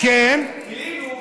כאילו,